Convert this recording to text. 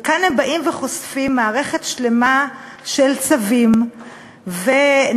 וכאן הם באים וחושפים מערכת שלמה של צווים ונהלים